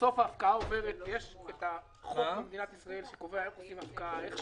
בסוף ההפקעה עוברת ויש את החוק במדינת ישראל שקובע איך עושים הפקעה,